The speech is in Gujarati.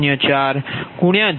4173 p